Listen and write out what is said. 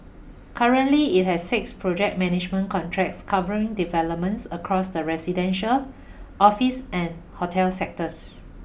currently it has six project management contracts covering developments across the residential office and hotel sectors